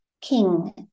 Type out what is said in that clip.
King